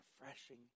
refreshing